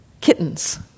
Kittens